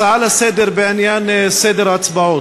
הצעה לסדר בעניין סדר ההצבעות.